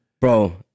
Bro